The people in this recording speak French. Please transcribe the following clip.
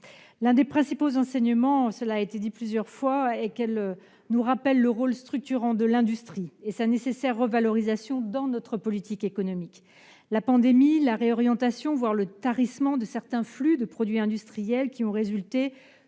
l'un des principaux enseignements de cette crise est qu'elle nous rappelle le rôle structurant de l'industrie et sa nécessaire revalorisation dans notre politique économique. La réorientation, voire le tarissement de certains flux de produits industriels, qui ont résulté